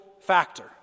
factor